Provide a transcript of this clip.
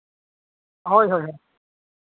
ᱦᱳᱭ ᱦᱳᱭ